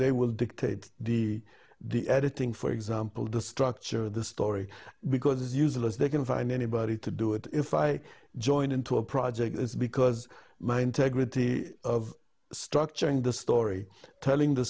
they will dictate the the editing for example the structure of the story because it's useless they can find anybody to do it if i join into a project it's because my integrity of structuring the story telling the